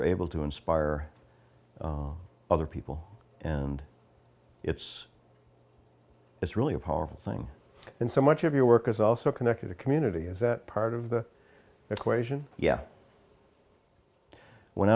're able to inspire other people and it's it's really a powerful thing and so much of your work is also connected to community is that part of the equation yeah when